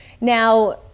Now